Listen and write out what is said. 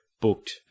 booked